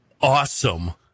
awesome